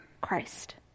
Christ